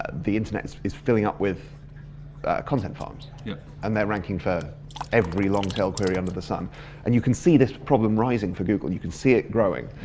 the internet is filling up with content farms yeah and they're ranking for every long-tailed query under the sun and you can see this problem rising for google, you can see it growing.